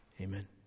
Amen